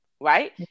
right